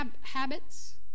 habits